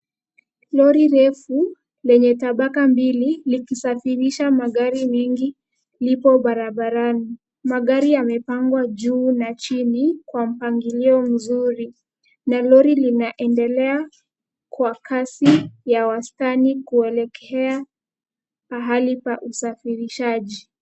Lori refu lenye tabaka mbili likisafirisha magari mingi lipo barabarani, magari yamepangwa juu na chini kwa mpangilio mzuri na lori linaendelea kua kasi ya wastani kueekea pahali pa usafirishaji.